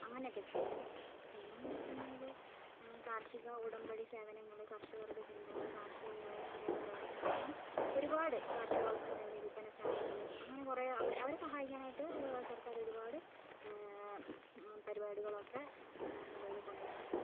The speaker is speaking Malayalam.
അങ്ങനെയൊക്കെ ചെയ്യും പിന്നെന്നു വെച്ചിട്ടുണ്ടെങ്കിൽ കാര്ഷിക ഉടമ്പടി സേവനങ്ങള് കര്ഷകരുടെ ചിന്തകൾ കാര്ഷികവിനോദസഞ്ചാരപ്രവര്ത്തനങ്ങള് അങ്ങനെ ഒരുപാട് കാര്ഷികോല്പന്ന വില്പനശാലകൾ അങ്ങനെ കുറെ അവരെ അവരെ സഹായിക്കാനായിട്ട് സർക്കാരൊരുപാട് പരിപാടികളൊക്കെ നിലവിൽ കൊണ്ടുവന്നിട്ടുണ്ട്